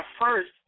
first